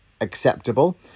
acceptable